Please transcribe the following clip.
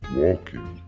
walking